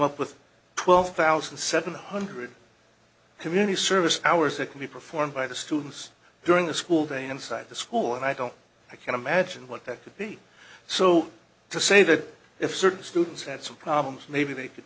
up with twelve thousand seven hundred community service hours that can be performed by the students during the school day inside the school and i don't i can imagine what that would be so to say that if certain students had some problems maybe they could